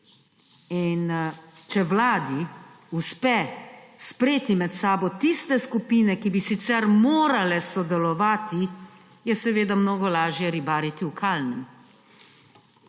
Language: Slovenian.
Če Vladi uspe spreti med sabo tiste skupine, ki bi sicer morale sodelovati, je seveda mnogo lažje ribariti v kalnem.